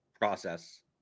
process